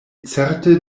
certe